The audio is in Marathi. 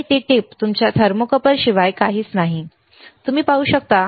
आणि ती टीप तुमच्या थर्मोकपलशिवाय काहीच नाही तुम्ही पाहू शकता